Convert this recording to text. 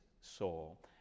soul